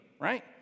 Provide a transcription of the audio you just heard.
right